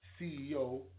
CEO